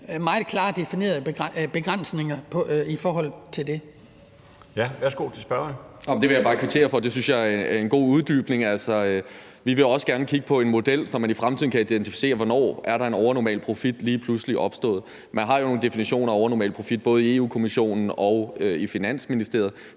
til spørgeren. Kl. 13:07 Sigurd Agersnap (SF): Det vil jeg bare kvittere for. Det synes jeg er en god uddybning. Vi vil også gerne kigge på en model, så man i fremtiden kan identificere, hvornår der er en overnormal profit, der lige pludselig er opstået. Man har jo en definition af overnormal profit både i Europa-Kommissionen og i Finansministeriet.